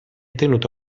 tenuto